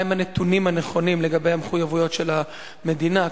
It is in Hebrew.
2. מה הם הנתונים הנכונים לגבי המחויבויות של המדינה,